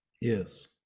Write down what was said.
Yes